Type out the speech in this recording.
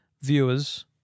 viewers